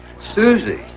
Susie